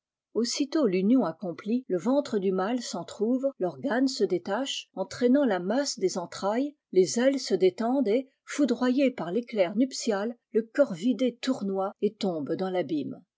nuptial tio accomplie le ventre du mâle s'entr ouvre torgane se détache entraînant la masse des entrailles les ailes se détendent et foudroyé par féclair nuptial le corps vidé tournoie et tombe dans fabîme